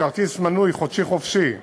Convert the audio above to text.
בכרטיס מנוי "חופשי חודשי"